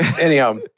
Anyhow